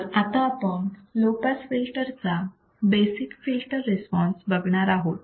तर आता आपण लो पास फिल्टरचा बेसिक फिल्टर रिस्पॉन्स बघणार आहोत